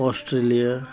Australia